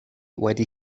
wedi